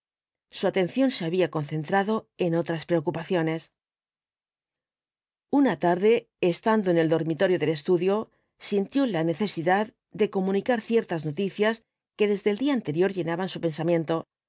su atención se había concentrado en otras preocupaciones una tarde estando en el dormitorio del estudio sintió la necesidad de comunicar ciertas noticias que desde el día anterior llenaban su pensamiento